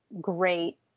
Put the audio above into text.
great